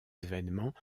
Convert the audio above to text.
évènements